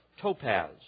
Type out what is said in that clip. topaz